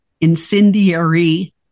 incendiary